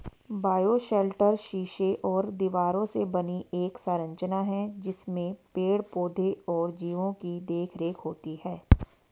bioshelter शीशे और दीवारों से बनी एक संरचना है जिसमें पेड़ पौधे और जीवो की देखरेख होती है